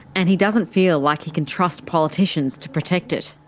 and he doesn't feel like he can trust politicians to protect it.